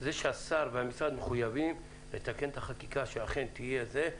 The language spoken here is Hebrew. זה שהשר והמשרד מחויבים לתקן את החקיקה שאכן תהיה זה,